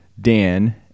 Dan